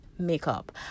makeup